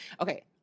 okay